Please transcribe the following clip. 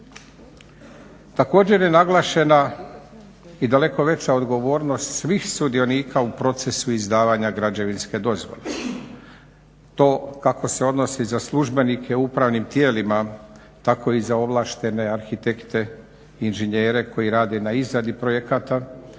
Također je naglašena i daleko veća odgovornost svih sudionika u procesu izdavanja građevinske dozvole. To kako se odnosi za službenike u upravnim tijelima, tako i za ovlaštene arhitekte, inženjere koji rade na izradi projekata